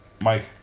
Mike